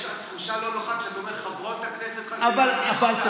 יש תחושה לא נוחה כשאתה אומר "חברות הכנסת" אבל תבין,